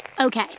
okay